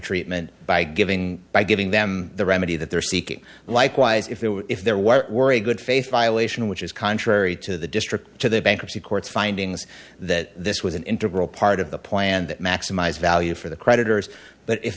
treatment by giving by giving them the remedy that they're seeking likewise if there were if there were were a good faith violation which is contrary to the district to the bankruptcy court findings that this was an integral part of the plan that maximize value for the creditors but if